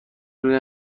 روی